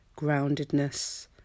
groundedness